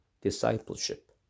discipleship